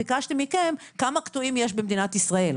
ביקשתם מכם כמה קטועים יש במדינת ישראל,